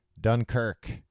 Dunkirk